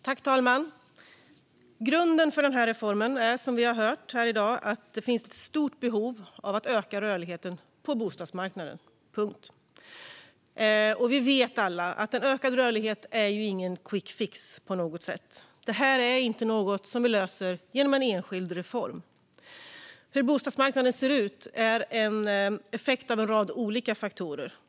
Fru talman! Grunden för den här reformen är, som vi har hört i dag, att det finns ett stort behov av att öka rörligheten på bostadsmarknaden. Punkt. Vi alla vet att en ökad rörlighet inte på något sätt är en quickfix. Det här är inte något som vi löser genom en enskild reform. Hur bostadsmarknaden ser ut är en effekt av en rad olika faktorer.